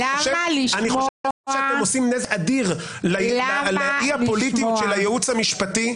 אני חושב שאתם עושים נזק אדיר לאי הפוליטיות של הייעוץ המשפטי.